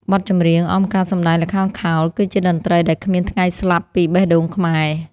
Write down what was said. បទចម្រៀងអមការសម្ដែងល្ខោនខោល គឺជាតន្ត្រីដែលគ្មានថ្ងៃស្លាប់ពីបេះដូងខ្មែរ។